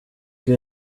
kid